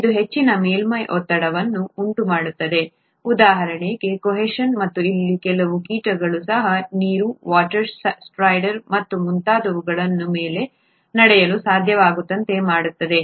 ಇದು ಹೆಚ್ಚಿನ ಮೇಲ್ಮೈ ಒತ್ತಡವನ್ನು ಉಂಟುಮಾಡುತ್ತದೆ ಉದಾಹರಣೆಗೆ ಕೋಹೆಷನ್ ಮತ್ತು ಕೆಲವು ಕೀಟಗಳು ಸಹ ನೀರು ವಾಟರ್ ಸ್ಟ್ರೈಡರ್ ಮತ್ತು ಮುಂತಾದವುಗಳ ಮೇಲೆ ನಡೆಯಲು ಸಾಧ್ಯವಾಗುವಂತೆ ಮಾಡುತ್ತದೆ